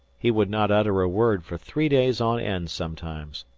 he would not utter a word for three days on end sometimes,